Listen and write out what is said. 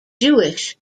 jewish